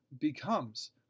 becomes